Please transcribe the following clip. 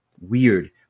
weird